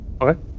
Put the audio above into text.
okay